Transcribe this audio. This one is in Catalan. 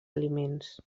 aliments